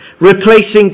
Replacing